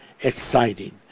exciting